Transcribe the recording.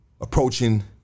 approaching